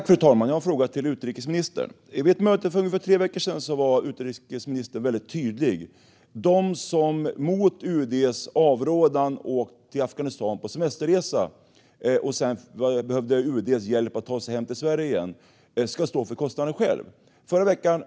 Fru talman! Jag har en fråga till utrikesministern. Vid ett möte för ungefär tre veckor sedan var utrikesministern väldigt tydlig: De som mot UD:s avrådan hade åkt till Afghanistan på semesterresa och sedan behövde UD:s hjälp med att ta sig hem till Sverige igen ska stå för kostnaden själva.